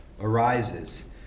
Arises